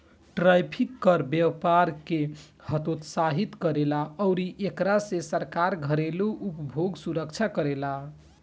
tariff कर व्यपार के हतोत्साहित करेला अउरी एकरा से सरकार घरेलु उधोग सुरक्षा करेला